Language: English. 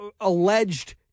alleged